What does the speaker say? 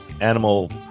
animal